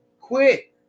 Quit